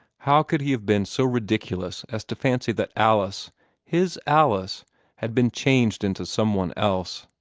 how could he have been so ridiculous as to fancy that alice his alice had been changed into someone else?